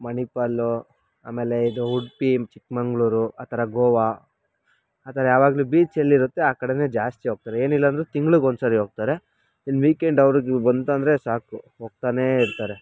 ಮಣಿಪಾಲು ಅಮೇಲೆ ಇದು ಉಡುಪಿ ಚಿಕ್ಮಗಳೂರು ಆ ಥರ ಗೋವಾ ಆ ಥರ ಯಾವಾಗಲೂ ಬೀಚೆಲ್ಲಿರುತ್ತೆ ಆ ಕಡೆನೇ ಜಾಸ್ತಿ ಹೋಗ್ತಾರೆ ಏನಿಲ್ಲಾಂದ್ರೂ ತಿಂಗ್ಳಿಗೆ ಒಂದ್ಸರಿ ಹೋಗ್ತಾರೆ ಇನ್ನು ವೀಕೆಂಡ್ ಅವ್ರಿಗೆ ಬಂತಂದರೆ ಸಾಕು ಹೋಗ್ತಾನೇ ಇರ್ತಾರೆ